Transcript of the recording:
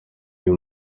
imwe